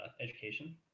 education